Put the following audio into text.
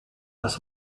das